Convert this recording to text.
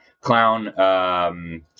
clown